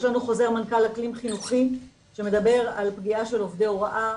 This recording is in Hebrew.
יש לנו חוזר מנכ"ל אקלים חינוכי שמדבר על פגיעה של עובדי הוראה